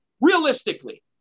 Realistically